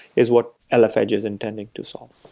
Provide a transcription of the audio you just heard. is what lf edge is intending to solve.